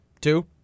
two